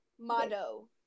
Motto